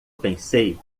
pensei